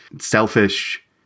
selfish